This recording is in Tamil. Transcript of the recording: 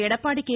எடப்பாடி கே